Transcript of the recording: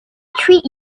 treat